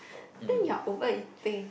then you're over eating